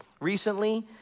recently